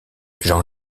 jean